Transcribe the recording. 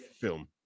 film